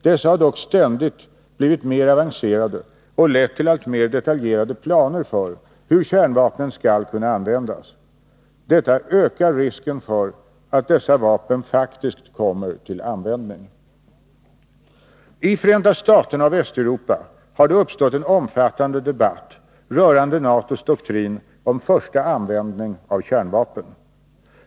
Dessa har dock ständigt blivit mer avancerade och lett till allt mer detaljerade planer för hur kärnvapnen skall kunna användas. Detta ökar risken för att dessa vapen faktiskt kommer till användning. I Förenta staterna och Västeuropa har det uppstått en omfattande debatt rörande NATO:s doktrin om första användning av kärnvapen.